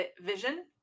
vision